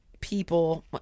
people